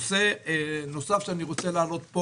נושא נוסף שאני רוצה להעלות זה